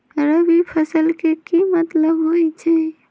रबी फसल के की मतलब होई छई?